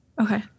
okay